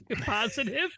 positive